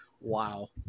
Wow